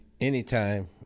anytime